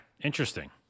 interesting